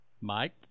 mike